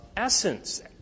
essence